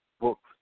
books